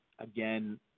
Again